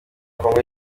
congo